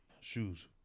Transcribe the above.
Shoes